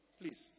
please